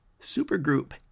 Supergroup